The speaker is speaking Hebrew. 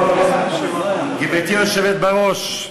טוב, גברתי היושבת בראש,